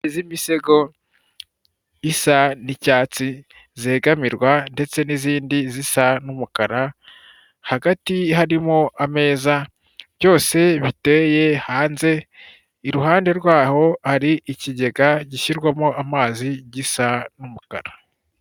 Iz'imisego zisa n'icyatsi zegamirwa ndetse n'izindi zisa n'umukara hagati harimo ameza byose biteye hanze iruhande rwaho hari ikigega gishyirwamo amazi gisa n'umukara.